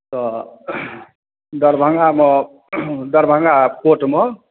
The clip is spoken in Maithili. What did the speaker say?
तऽ दरभंगामे दरभंगा कोर्टमे